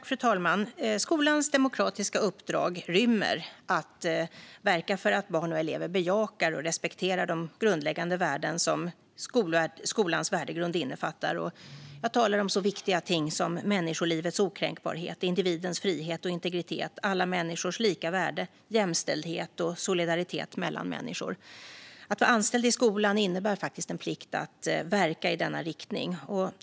Fru talman! Skolans demokratiska uppdrag rymmer att verka för att barn och elever bejakar och respekterar de grundläggande värden som skolans värdegrund innefattar. Jag talar om så viktiga ting som människolivets okränkbarhet, individens frihet och integritet, alla människors lika värde, jämställdhet och solidaritet mellan människor. Att vara anställd i skolan innebär faktiskt en plikt att verka i denna riktning.